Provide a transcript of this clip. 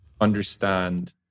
understand